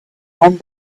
and